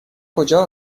کجا